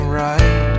right